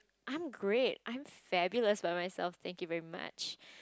I'm great I'm fabulous by myself thank you very much